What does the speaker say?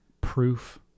proof